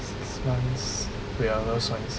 six months wait ah 我要算一下